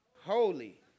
holy